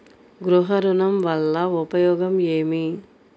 గృహ ఋణం వల్ల ఉపయోగం ఏమి?